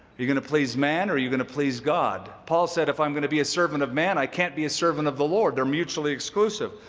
you going to please man or are you going to please god? paul said, if i'm going to be a servant of man, i can't be a servant of the lord. they're mutually exclusive.